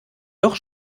doch